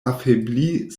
affaiblit